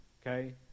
okay